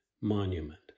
monument